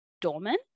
dormant